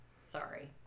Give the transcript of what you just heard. Sorry